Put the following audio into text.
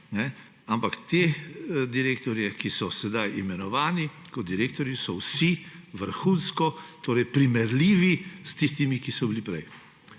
ampak ti direktorji, ki so sedaj imenovani kot direktorji, so vsi vrhunsko primerljivi s tistimi, ki so bili prej